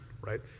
right